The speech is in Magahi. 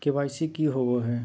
के.वाई.सी की होबो है?